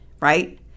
right